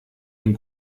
den